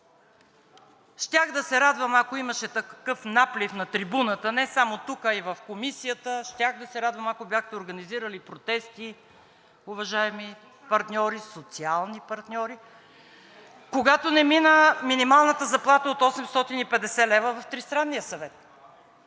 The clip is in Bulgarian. Щях да се радвам, ако имаше такъв наплив на трибуната, не само тук, а и в Комисията, щях да се радвам, ако бяхте организирали протести, уважаеми партньори, социални партньори, когато не мина минималната заплата от 850 лв. в Тристранния съвет,